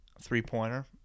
three-pointer